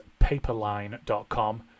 paperline.com